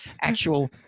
actual